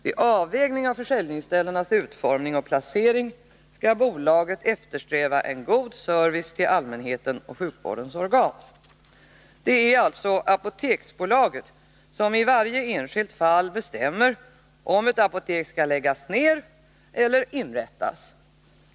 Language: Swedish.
Vid avvägning av försäljningsställenas utformning och placering skall bolaget eftersträva en god service till allmänheten och sjukvårdens organ. Det är alltså Apoteksbolaget som i varje enskilt fall bestämmer om ett apotek skall läggas ned eller inrättas.